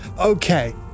Okay